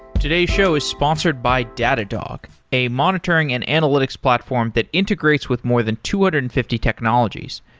today's show is sponsored by datadog a monitoring and analytics platform that integrates with more than two hundred and fifty technologies,